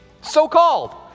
So-called